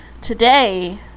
Today